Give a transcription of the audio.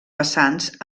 vessants